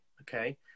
okay